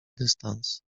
dystans